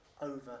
over